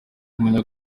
kumenya